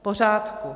V pořádku.